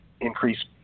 increase